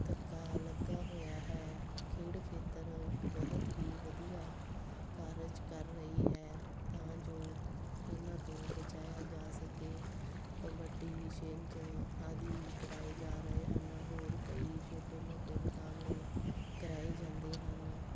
ਧੱਕਾ ਲੱਗਾ ਹੋਇਆ ਹੈ ਖੇਡ ਖੇਤਰ ਬਹੁਤ ਹੀ ਵਧੀਆ ਕਾਰਜ ਕਰ ਰਹੀ ਹੈ ਤਾਂ ਜੋ ਇਹਨਾਂ ਤੋਂ ਬਚਾਇਆ ਜਾ ਸਕੇ ਕਬੱਡੀ ਛਿੰਝ ਆਦਿ ਕਰਵਾਏ ਜਾ ਰਹੇ ਹਨ ਹੋਰ ਕਈ ਛੋਟੇ ਮੋਟੇ ਮੁਕਾਬਲੇ ਕਰਵਾਏ ਜਾਂਦੇ ਹਨ